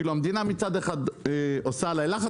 כאילו המדינה מצד אחד עושה עלי לחץ,